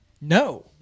No